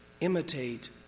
Imitate